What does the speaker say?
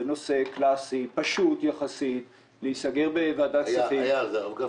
זה נושא פשוט יחסית --- הרב גפני